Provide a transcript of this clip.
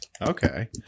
Okay